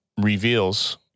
reveals